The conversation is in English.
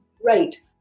great